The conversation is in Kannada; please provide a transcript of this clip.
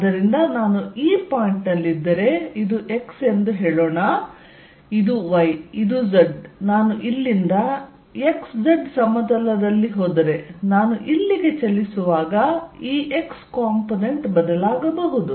ಆದ್ದರಿಂದ ನಾನು ಈ ಪಾಯಿಂಟ್ ನಲ್ಲಿದ್ದರೆ ಇದು x ಎಂದು ಹೇಳೋಣ ಇದು y ಇದು z ನಾನು ಇಲ್ಲಿಂದ x z ಸಮತಲದಲ್ಲಿ ಹೋದರೆ ನಾನು ಇಲ್ಲಿಗೆ ಚಲಿಸುವಾಗ Ex ಕಾಂಪೊನೆಂಟ್ ಬದಲಾಗಬಹುದು